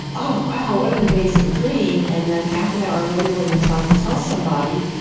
oh, wow, what an amazing dream. and then, half an hour later, when they're trying to tell somebody,